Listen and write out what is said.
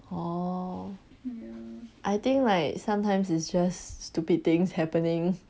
orh I think like sometimes it's just stupid things happening